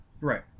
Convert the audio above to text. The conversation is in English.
Right